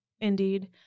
indeed